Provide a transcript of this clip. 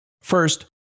First